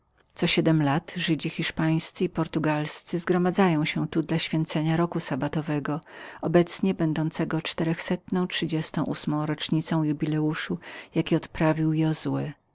co siedm lat żydzi hiszpańscy i portugalscy zgromadzają się tu dla święcenia roku sabbatowego obecnie będącego czterechsetną trzydziestą ósmą rocznicą jubileuszu jaki odprawił